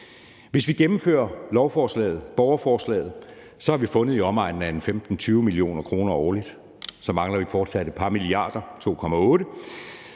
Hvis vi gennemfører borgerforslaget, har vi fundet i omegnen af 15-20 mio. kr. årligt. Så mangler vi fortsat et par milliarder,